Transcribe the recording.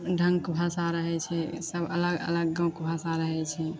ढङ्गके भाषा रहैत छै सब अलग अलग गाँवके भाषा रहैत छै